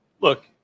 Look